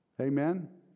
Amen